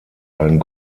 einen